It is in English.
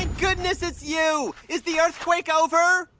goodness it's you. is the earthquake over?